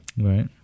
Right